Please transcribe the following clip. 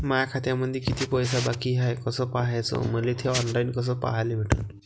माया खात्यामंधी किती पैसा बाकी हाय कस पाह्याच, मले थे ऑनलाईन कस पाह्याले भेटन?